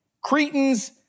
Cretans